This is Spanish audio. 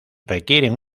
requieren